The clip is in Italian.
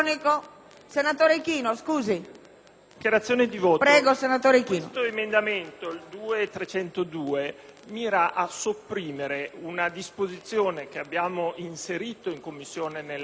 dichiarazione di voto.